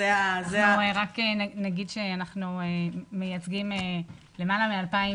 רק נגיד שאנחנו מייצגים למעלה מ-2,000